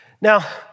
Now